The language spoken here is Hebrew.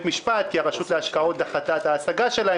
משפט כי הרשות להשקעות דחתה את ההשגה שלהם,